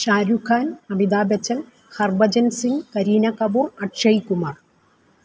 Shah Rukh Khan Amitabh Bachchan Harbhajan Singh Kareena Kapoor Akshay Kumar